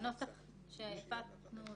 קופת גמל,